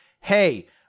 Hey